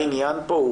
העניין כאן הוא